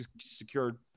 secured